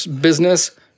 business